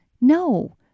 No